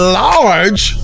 large